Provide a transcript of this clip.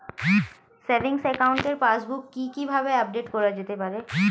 Savings একাউন্টের passbook কি কিভাবে আপডেট করা যেতে পারে?